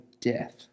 death